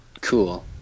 cool